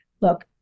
look